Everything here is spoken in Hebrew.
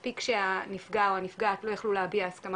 מספיק שהנפגע או הנפגעת לא יכלו להביע הסכמה